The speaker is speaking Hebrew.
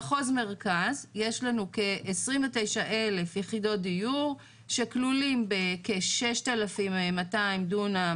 במחוז מרכז יש לנו כ- 29,000 יחידות דיור שכלולים בכ- 6,200 דונם